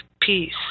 peace